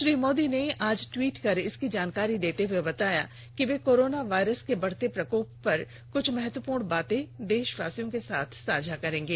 श्री मोदी ने आज ट्वीट कर इसकी जानकारी देते हुए बताया कि वे कोरोना वायरस के बढ़ते प्रकोप पर कुछ महत्वपूर्ण बातें देषवासियों के साथ साझा करेंगे